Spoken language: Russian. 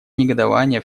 негодование